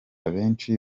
benshi